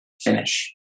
finish